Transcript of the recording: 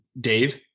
Dave